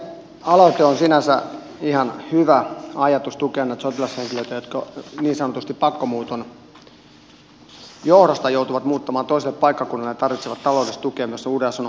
tämä lakialoite on sinänsä ihan hyvä ajatus tukea näitä sotilashenkilöitä jotka niin sanotusti pakkomuuton johdosta joutuvat muuttamaan toiselle paikkakunnalle ja tarvitsevat taloudellista tukea myös sen uuden asunnon hankkimisessa